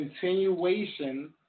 Continuation